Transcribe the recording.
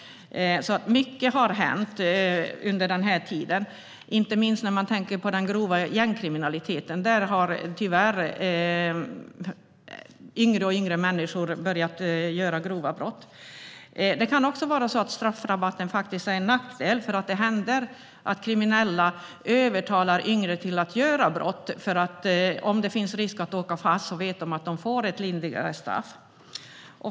Mycket har hänt under den tiden, inte minst när man tänker på den grova gängkriminaliteten. Där har tyvärr yngre och yngre människor börjat begå grova brott. Straffrabatten kan faktiskt också vara en nackdel. Det händer nämligen att kriminella övertalar yngre att begå brott, för om det finns risk att åka fast vet de att de yngre får ett lindrigare straff.